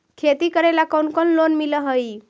खेती करेला कौन कौन लोन मिल हइ?